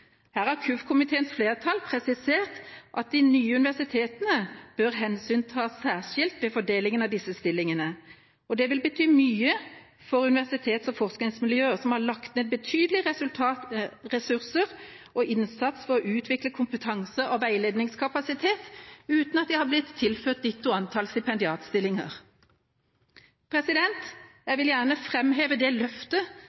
Her har kirke-, utdannings- og forskningskomiteens flertall presisert at de nye universitetene bør hensyntas særskilt ved fordelingen av disse stillingene. Det vil bety mye for universitets- og forskningsmiljøene, som har lagt ned betydelige ressurser og innsats for å utvikle kompetanse og veiledningskapasitet, uten at de har blitt tilført ditto antall stipendiatstillinger. Jeg